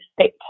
state